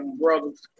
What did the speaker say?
brothers